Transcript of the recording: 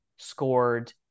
scored